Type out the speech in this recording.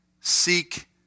Seek